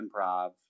improv